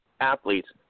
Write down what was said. athletes